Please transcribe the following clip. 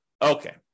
Okay